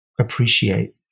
appreciate